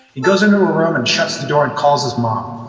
he goes into a room and shuts the door and calls his mom.